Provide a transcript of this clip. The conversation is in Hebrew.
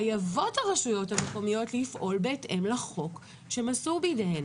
חייבות הרשויות המקומיות לפעול בהתאם לחוק שמסור בידיהן.